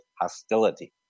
hostility